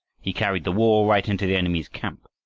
he carried the war right into the enemy's camp.